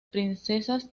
princesas